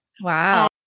Wow